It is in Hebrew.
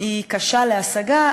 היא קשה להשגה,